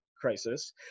crisis